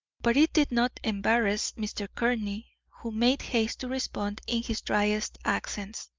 but it did not embarrass mr. courtney, who made haste to respond in his dryest accents